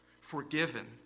forgiven